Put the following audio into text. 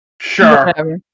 sure